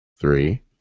three